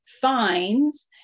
fines